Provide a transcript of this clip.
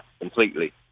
completely